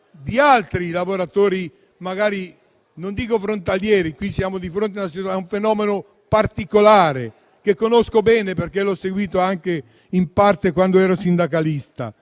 di altri lavoratori, non dico frontalieri. Ora siamo di fronte a un fenomeno particolare, che conosco bene, avendolo seguito in parte quando ero sindacalista.